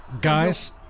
Guys